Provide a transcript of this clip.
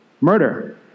Murder